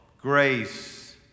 grace